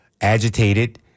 agitated